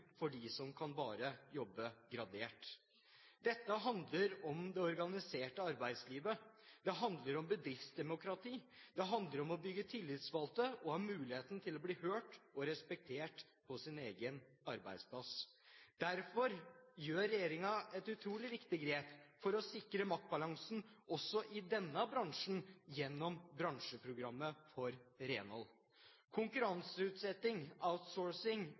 for dem som bare kan jobbe gradert. Dette handler om det organiserte arbeidslivet. Det handler om bedriftsdemokrati, og det handler om å bygge tillitsvalgte og ha muligheten til å bli hørt og respektert på sin egen arbeidsplass. Derfor tar regjeringen et utrolig viktig grep for å sikre maktbalansen også i denne bransjen gjennom bransjeprogrammet for renhold. Konkurranseutsetting,